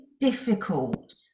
difficult